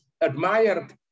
admired